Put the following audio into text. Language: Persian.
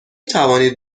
توانید